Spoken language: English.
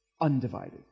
undivided